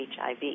HIV